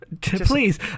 Please